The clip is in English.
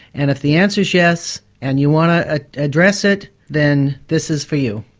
and if the answer is yes, and you want to ah address it, then this is for you.